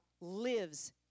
lives